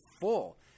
full